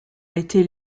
été